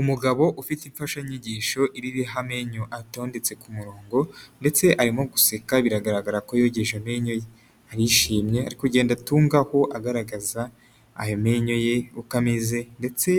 Umugabo ufite imfashanyigisho iriho amenyo atondetse ku murongo ndetse arimo guseka biragaragara ko yogeje amenyo ye, arishimye ari kugenda atungaho agaragaza ayo menyo ye uko ameze ndetse